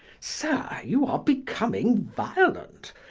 sir, you are becoming violent,